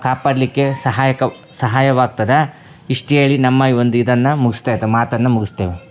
ಕಾಪಾಡಲಿಕ್ಕೆ ಸಹಾಯಕ ಸಹಾಯವಾಗ್ತದೆ ಇಷ್ಟು ಹೇಳಿ ನಮ್ಮ ಈ ಒಂದು ಇದನ್ನು ಮುಗಿಸ್ತೇನ್ ಮಾತನ್ನು ಮುಗಿಸ್ತೇವೆ